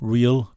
Real